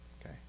okay